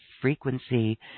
frequency